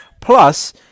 Plus